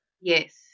Yes